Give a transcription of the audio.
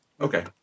Okay